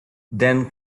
then